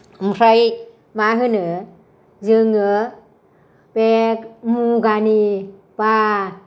ओमफ्राय मा होनो जोङो बे मुगानि बा